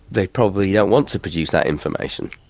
they probably don't want to produce that information.